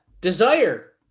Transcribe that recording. Desire